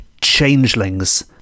changelings